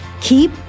Keep